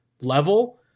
level